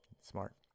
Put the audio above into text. smart